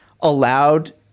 allowed